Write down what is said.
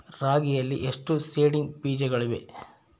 ರಾಗಿಯಲ್ಲಿ ಎಷ್ಟು ಸೇಡಿಂಗ್ ಬೇಜಗಳಿವೆ?